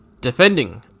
Defending